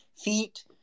feet